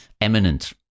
eminent